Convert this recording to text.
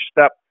step